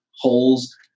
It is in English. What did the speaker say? holes